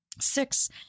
six